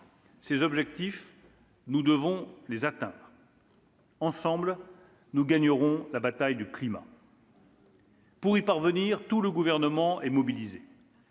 Ces objectifs, nous devons les atteindre. Ensemble, nous gagnerons la bataille du climat. « Pour y parvenir, tout le Gouvernement est mobilisé.